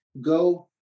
go